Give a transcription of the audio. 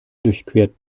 durchquert